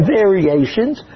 variations